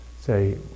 say